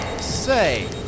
Say